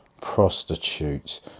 prostitutes